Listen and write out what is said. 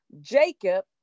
Jacob